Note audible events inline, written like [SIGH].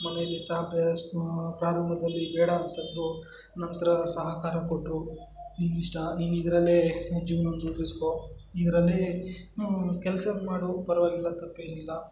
ಮನೆಯಲ್ಲಿ [UNINTELLIGIBLE] ಪ್ರಾರಂಭದಲ್ಲಿ ಬೇಡ ಅಂತಂದರೂ ನಂತರ ಸಹಕಾರ ಕೊಟ್ಟರು ನಿನ್ನ ಇಷ್ಟ ನೀನು ಇದರಲ್ಲೇ ಜೀವ್ನವನ್ನು ರೂಪಿಸ್ಕೊ ಇದರಲ್ಲೇ ಕೆಲಸ ಮಾಡು ಪರವಾಗಿಲ್ಲ ತಪ್ಪೇನಿಲ್ಲ